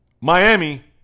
Miami